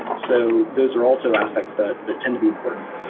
so those are also aspects that ah tend to be important.